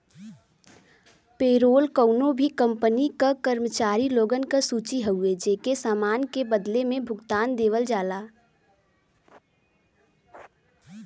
payroll कउनो भी company क कर्मचारी लोगन क सूची हउवे जेके सेवा के बदले में भुगतान देवल जाला